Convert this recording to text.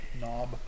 Knob